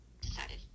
decided